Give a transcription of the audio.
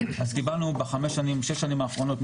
אז קיבלנו בשש השנים האחרונות,